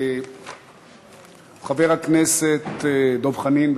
חבר הכנסת דב חנין.